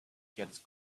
gets